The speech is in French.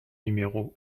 numéros